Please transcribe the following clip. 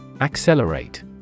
Accelerate